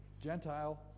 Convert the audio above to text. Gentile